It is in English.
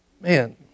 Man